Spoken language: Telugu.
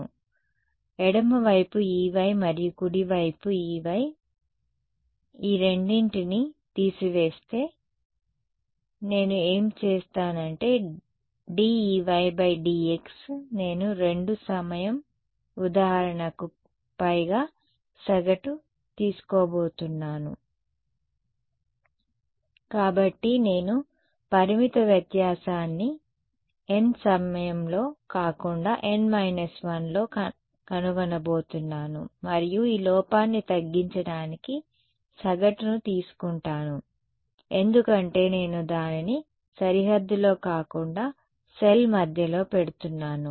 కాబట్టి ఎడమ వైపు Ey మరియు కుడి వైపు EY ఈ రెండింటిని తీసివేస్తే కానీ నేను ఏమి చేస్తాను అంటే dEydx నేను 2 సమయం ఉదాహరణకు పైగా సగటు తీసుకోబోతున్నాను కాబట్టి నేను పరిమిత వ్యత్యాసాన్ని n సమయంలో కాకుండా n 1లో కనుగొనబోతున్నాను మరియు ఈ లోపాన్ని తగ్గించడానికి సగటును తీసుకుంటాను ఎందుకంటే నేను దానిని సరిహద్దులో కాకుండా సెల్ మధ్యలో పెడుతున్నాను